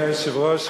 אדוני היושב-ראש,